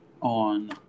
on